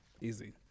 Easy